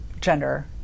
gender